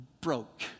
broke